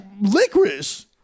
licorice